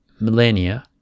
millennia